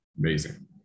amazing